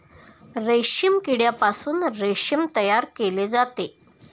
रेशीम किड्यापासून रेशीम तयार केले जाते